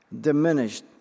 diminished